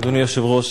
אדוני היושב-ראש,